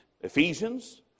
Ephesians